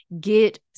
get